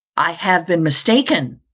i have been mistaken,